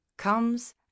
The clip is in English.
comes